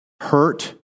hurt